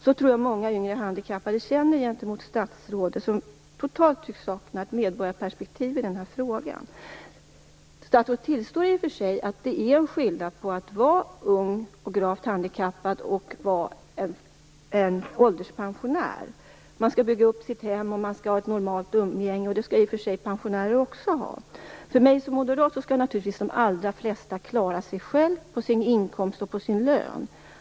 Så tror jag att många yngre handikappade känner gentemot statsrådet, som totalt tycks sakna ett medborgarperspektiv i den här frågan. Statsrådet tillstår i och för sig att det är en skillnad på att vara ung och gravt handikappad och att vara en ålderspensionär. Man skall bygga upp sitt hem och man skall ha ett normalt umgänge, och det skall i och för sig också pensionärer ha. För mig som moderat är det självklart att de allra flesta skall klara sig själv på sin inkomst och på sin lön.